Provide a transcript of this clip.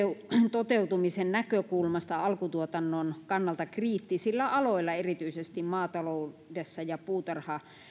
toteutumisen näkökulmasta alkutuotannon kannalta kriittisillä aloilla erityisesti maataloudessa ja puutarha